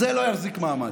זה לא יחזיק מעמד.